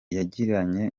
yagiranye